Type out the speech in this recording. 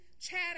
chatter